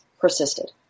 persisted